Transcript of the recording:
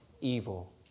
evil